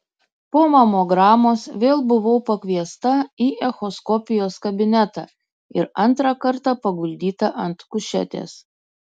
po mamogramos vėl buvau pakviesta į echoskopijos kabinetą ir antrą kartą paguldyta ant kušetės